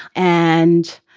and